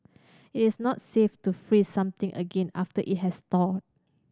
it is not safe to freeze something again after it has thawed